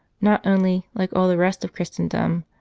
not only, like all the rest of christendom,